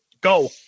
Go